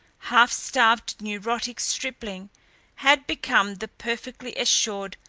half-starved, neurotic stripling had become the perfectly assured,